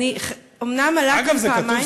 אומנם עלה כאן פעמיים,